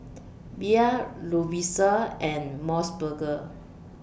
Bia Lovisa and Mos Burger